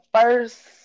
first